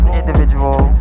individual